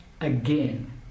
again